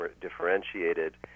differentiated